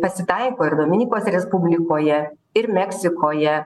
pasitaiko ir dominikos respublikoje ir meksikoje